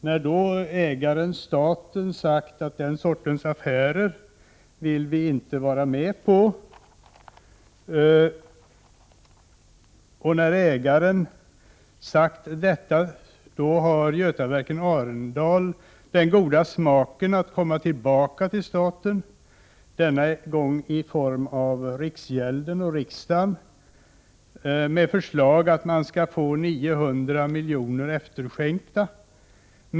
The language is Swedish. När ägaren staten sagt att man inte ville vara med på den sortens affärer, har Götaverken Arendal den goda smaken att komma tillbaka till staten, denna gång till riksgälden och riksdagen, med förslag att man skall få 900 miljoner efterskänkta.